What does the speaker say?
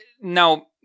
Now